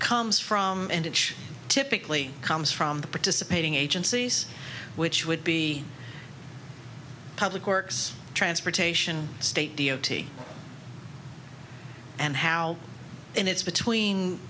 comes from and it's typically comes from the participating agencies which would be public works transportation state d o t and how and it's between